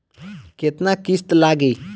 केतना किस्त लागी?